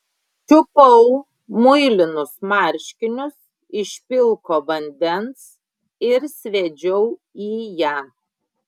čiupau muilinus marškinius iš pilko vandens ir sviedžiau į ją